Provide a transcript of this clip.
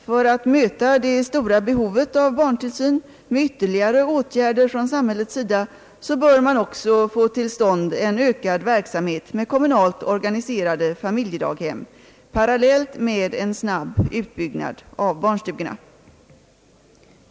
För att möta det stora behovet av barntillsyn med ytterligare åtgärder från samhällets sida bör man också få till stånd en ökad verksamhet med kommunalt organiserade familjedaghem, parallellt med en snabb utbyggnad av barnstugorna.